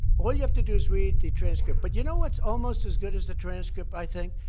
all you have to do is read the transcript. but you know what's almost as good as the transcript, i think?